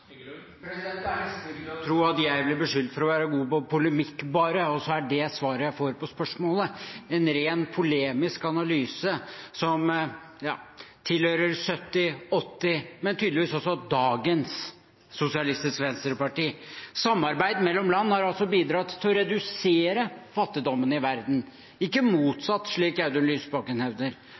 Det er nesten ikke til å tro at jeg blir beskyldt for bare å være god på polemikk, og så er dette svaret jeg får på spørsmålet – en ren polemisk analyse som tilhører et Sosialistisk Venstreparti av 1970–80-tallet, men tydeligvis også av i dag. Samarbeid mellom land har altså bidratt til å redusere fattigdommen i verden, ikke